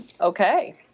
okay